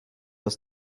aus